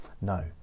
No